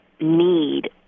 need